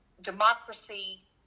democracy